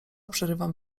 przerywam